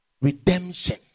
redemption